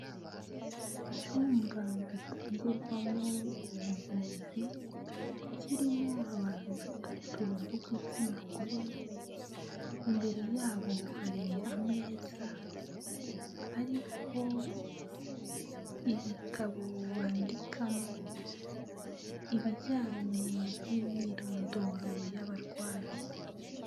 Icyumba gitangirwamo ubuvuzi kirimo abantu batatu b'igitsina gore, imbere yabo hari ameza ariho ibitabo bandikamo ibijyanye n'imyirondoro y'abarwayi.